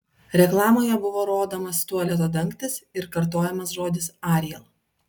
reklamoje buvo rodomas tualeto dangtis ir kartojamas žodis ariel